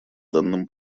данном